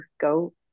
go